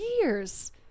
Years